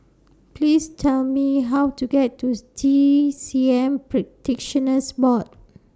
Please Tell Me How to get Tooth T C M Practitioners Board